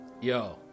Yo